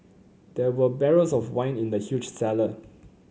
there were barrels of wine in the huge cellar